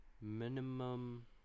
Minimum